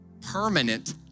Permanent